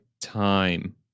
time